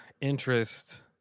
interest